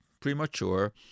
premature